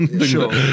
Sure